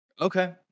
Okay